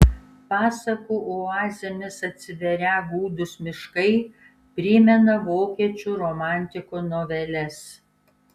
pasakų oazėmis atsiverią gūdūs miškai primena vokiečių romantikų noveles